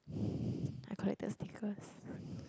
I collected stickers